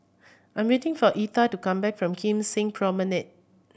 I'm waiting for Etha to come back from Kim Seng Promenade